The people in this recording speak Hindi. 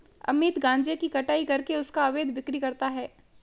अमित गांजे की कटाई करके उसका अवैध बिक्री करता है